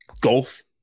golf